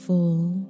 full